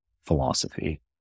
philosophy